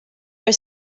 are